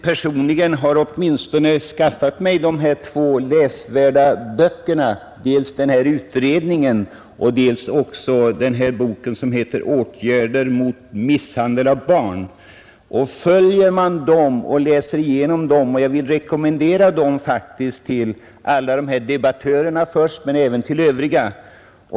Personligen har jag skaffat mig två läsvärda skrifter, nämligen dels utredningen på området, dels den bok som heter Åtgärder mot misshandel av barn och jag vill rekommendera dem först och främst till alla debattörerna men även till övriga.